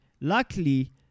luckily